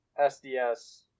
SDS